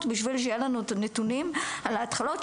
בשביל שיהיו לנו את הנתונים על ההתחלות,